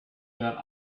that